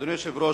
אדוני היושב-ראש,